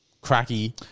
cracky